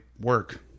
work